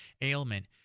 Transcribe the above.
ailment